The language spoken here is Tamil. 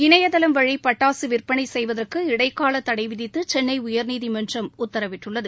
இணையதளம் வழி பட்டாசு விற்பனை செய்வதற்கு இடைக்கால தடை விதித்து சென்னை உயர்நீதிமன்றம் உத்தரவிட்டுள்ளது